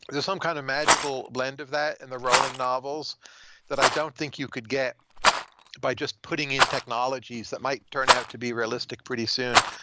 there's some kind of magical blend of that in the rolling novels that i don't think you could get by just putting in technologies that might turn out to be realistic pretty soon.